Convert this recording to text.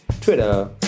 Twitter